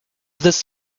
this